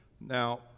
Now